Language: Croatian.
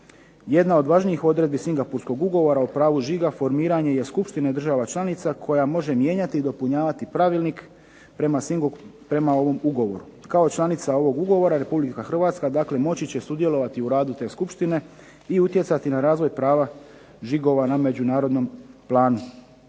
Jedna od važnijih odredbi Singapurskog ugovora o pravu žiga formiranje je skupštine država članica koja može mijenjati i dopunjavati pravilnik prema ovom ugovoru. Kao članica ovog ugovora Republika Hrvatska dakle moći će sudjelovati u radu te skupštine i utjecati na razvoj prava žigova na međunarodnom planu.